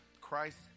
Christ